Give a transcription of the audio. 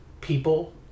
people